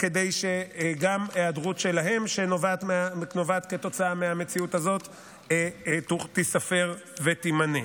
כדי שגם היעדרות שלהם שנובעת כתוצאה מהמציאות הזאת תיספר ותימנה.